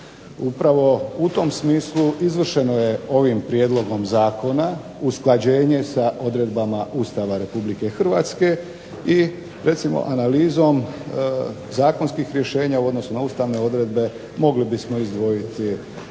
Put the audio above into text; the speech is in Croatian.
Upravo u tom smislu izvršeno je ovim prijedlogom zakona usklađenje sa odredbama Ustava Republike Hrvatske, i recimo analizom zakonskih rješenja u odnosu na ustavne odredbe mogli bismo izdvojiti u